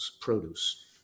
produce